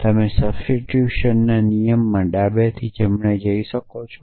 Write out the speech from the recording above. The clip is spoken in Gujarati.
તમે સબસ્ટીટ્યુશનના નિયમમાં ડાબેથી જમણે જઈ શકો છો